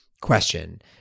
question